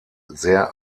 sehr